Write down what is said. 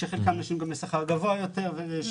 חלקן נשים גם בשכר גבוה יותר.